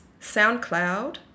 SoundCloud